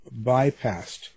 bypassed